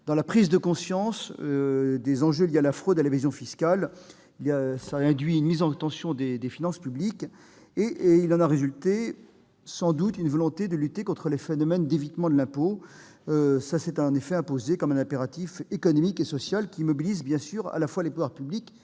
dans la prise de conscience des enjeux liés à la fraude et l'évasion fiscales, avec une mise en tension des finances publiques. Il en a sans doute résulté une volonté de lutter contre les phénomènes d'évitement de l'impôt ; cela s'est imposé comme un impératif économique et social, qui mobilise bien sûr à la fois les pouvoirs publics